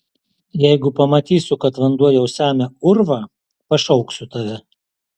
jeigu pamatysiu kad vanduo jau semia urvą pašauksiu tave